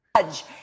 judge